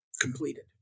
completed